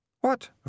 What